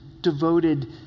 devoted